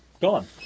gone